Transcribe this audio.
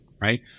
right